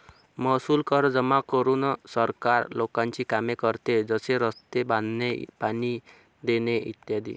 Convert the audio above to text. महसूल कर जमा करून सरकार लोकांची कामे करते, जसे रस्ते बांधणे, पाणी देणे इ